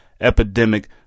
epidemic